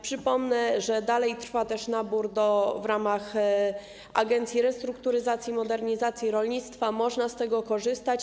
Przypomnę, że nadal trwa też nabór w ramach Agencji Restrukturyzacji i Modernizacji Rolnictwa, można z tego korzystać.